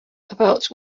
about